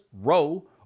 row